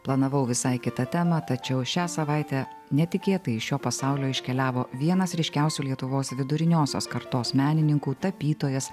planavau visai kitą temą tačiau šią savaitę netikėtai iš šio pasaulio iškeliavo vienas ryškiausių lietuvos viduriniosios kartos menininkų tapytojas